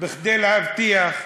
כדי להבטיח,